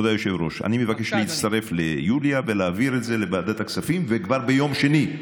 אני מבקש להצטרף ליוליה ולהעביר את זה לוועדת הכספים כבר ביום שני.